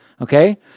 Okay